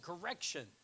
correction